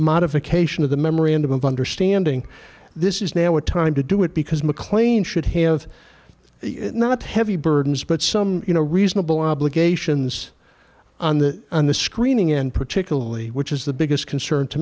modification of the memorandum of understanding this is now a time to do it because mclain should have it not heavy burdens but some you know reasonable obligations on the on the screening end particularly which is the biggest concern to